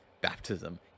baptism